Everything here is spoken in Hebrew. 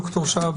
ד"ר שהב,